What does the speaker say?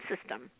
system